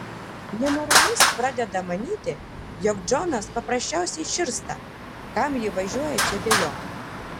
nenoromis pradeda manyti jog džonas paprasčiausiai širsta kam ji važiuoja čia be jo